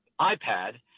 iPad